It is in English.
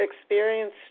experience